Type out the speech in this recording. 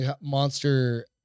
monster